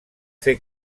fer